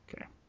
Okay